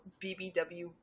BBW